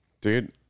Dude